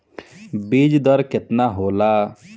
बीज दर केतना होला?